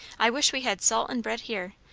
i wish we had salt and bread here!